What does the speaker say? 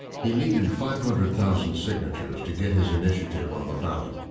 he needed five hundred thousand signatures to get his initiative on the ballot.